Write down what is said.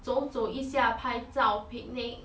走走一下拍照 picnic